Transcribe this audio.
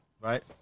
right